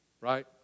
right